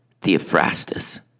Theophrastus